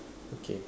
okay